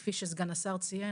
כפי שסגן השר ציין,